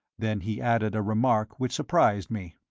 then he added a remark which surprised me.